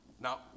Now